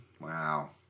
Wow